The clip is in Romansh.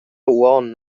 uonn